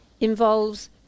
involves